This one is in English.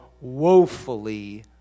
woefully